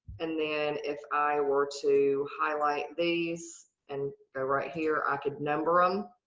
and then if i were to highlight these and right here i could number them.